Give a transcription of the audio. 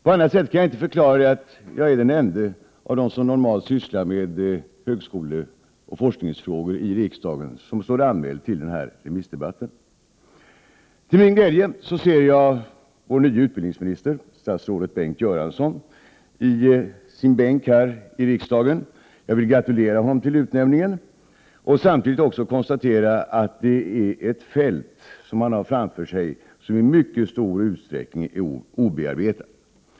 På annat sätt kan jag inte förklara att jag är den ende av dem som normalt sysslar med högskoleoch forskningsfrågor i riksdagen som är anmäld till denna debatt. Till min glädje ser jag vår nye utbildningsminister, statsrådet Bengt Göransson, i sin bänk här i kammaren. Jag vill gratulera honom till utnämningen. Samtidigt konstaterar jag att han har ett fält framför sig som i mycket stor utsträckning är obearbetat.